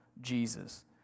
Jesus